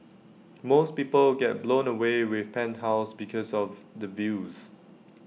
most people get blown away with penthouses because of the views